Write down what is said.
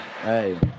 Hey